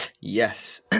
Yes